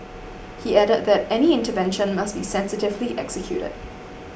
he added that any intervention must be sensitively executed